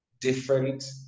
different